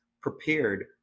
prepared